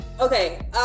okay